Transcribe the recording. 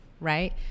Right